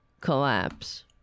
collapse